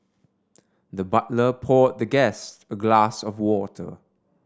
the butler poured the guest a glass of water